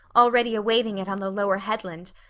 already awaiting it on the lower headland,